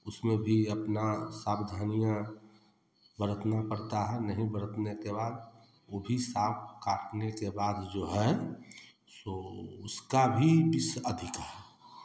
उसमें भी अपना सावधानियाँ बरतना पड़ता है नहीं बरतने के बाद ओ भी साँप काटने के बाद जो है सो उसका भी विष अधिक है